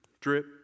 Drip